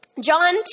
John